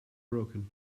broken